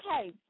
okay